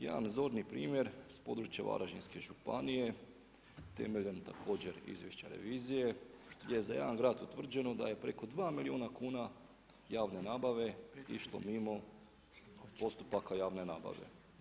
Jedan zorni primjer s područja Varaždinske županije, temeljem također izvješća revizije, gdje za jedan grad utvrđeno da je preko 2 milijuna kuna javne nabave, išlo mimo postupaka javne nabave.